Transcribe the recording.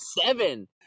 seven